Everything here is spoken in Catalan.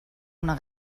una